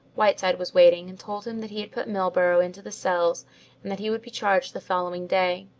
whiteside was waiting and told him that he had put milburgh into the cells and that he would be charged the following day.